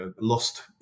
lost